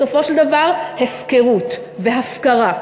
בסופו של דבר, הפקרות והפקרה.